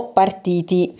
partiti